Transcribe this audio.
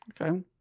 okay